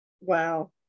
Wow